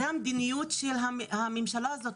זו המדיניות של הממשלה הזו,